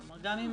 גם אם